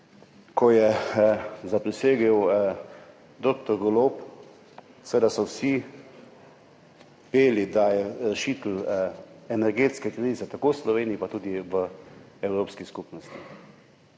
ko je zaprisegel dr. Golob, seveda so vsi peli, da je rešitelj energetske krize, tako v Sloveniji, pa tudi v Evropski skupnosti.